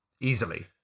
easily